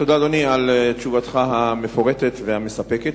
תודה, אדוני, על תשובתך המפורטת והמספקת.